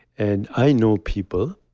and i know people,